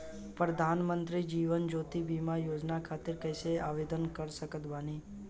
प्रधानमंत्री जीवन ज्योति बीमा योजना खातिर कैसे आवेदन कर सकत बानी?